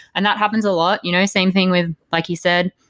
and that happens a lot you know same thing with like you said,